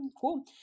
cool